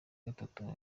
gatatu